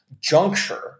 juncture